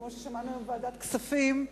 כמו ששמענו בוועדת הכספים,